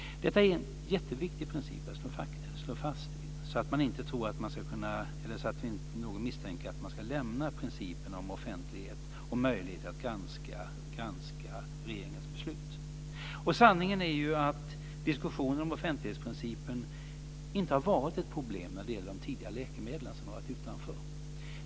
Det är en jätteviktig princip att stå fast vid så att ingen misstänker att vi ska lämna principen om offentlighet och möjligheten att granska regeringens beslut. Sanningen är ju att diskussionen inom offentligheten inte har varit ett problem när det gäller de läkemedel som tidigare har varit utanför.